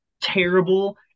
terrible